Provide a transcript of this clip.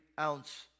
ounce